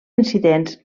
incidents